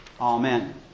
Amen